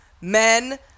Men